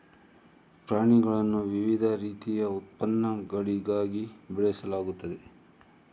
ಪ್ರಾಣಿಗಳನ್ನು ವಿವಿಧ ರೀತಿಯ ಉತ್ಪನ್ನಗಳಿಗಾಗಿ ಬೆಳೆಸಲಾಗುತ್ತದೆ